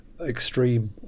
extreme